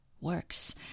works